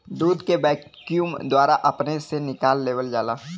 दूध के वैक्यूम द्वारा अपने से निकाल लेवल जाला